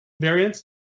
variants